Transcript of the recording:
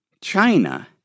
China